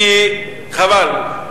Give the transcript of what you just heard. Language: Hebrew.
כי חבל.